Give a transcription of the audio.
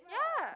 ya